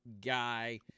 guy